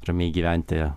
ramiai gyventi